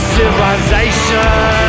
civilization